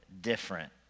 different